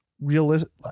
realistic